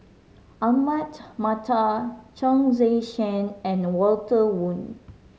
Ahmad Mattar Chong Tze Chien and Walter Woon